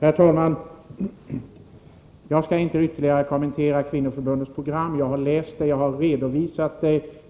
Herr talman! Jag skall inte ytterligare kommentera Kvinnoförbundets program. Jag har läst det, och jag har redovisat